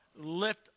lift